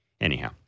Anyhow